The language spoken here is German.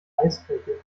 eisfläche